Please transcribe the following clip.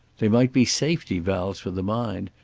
they might be safety valves for the mind,